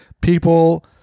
people